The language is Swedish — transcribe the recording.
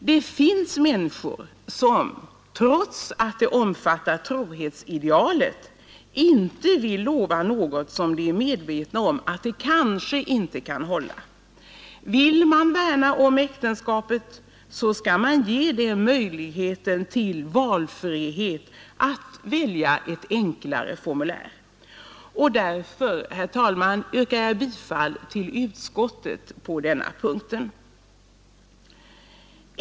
Det finns människor som, trots att de omfattar trohetsidealet, inte vill lova något som de är medvetna om att de kanske inte kan hålla. Vill man värna om äktenskapet skall man ge dem möjligheter att a ett enklare formulär Därför, herr talman, yrkar jag bifall till utskottets förslag på denna punkt.